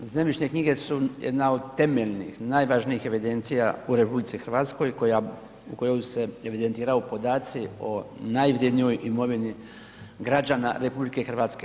Zemljišne knjige su jedna od temeljnih, najvažnijih evidencija u RH koja, u koju se evidentiraju podaci o najvrjednijoj imovini građana RH.